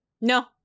No